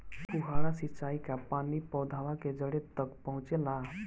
फुहारा सिंचाई का पानी पौधवा के जड़े तक पहुचे ला?